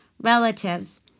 relatives